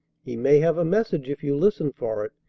he may have a message if you listen for it,